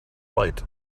light